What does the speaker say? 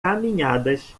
caminhadas